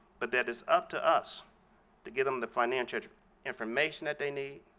but that it's up to us to get them the financial information that they need,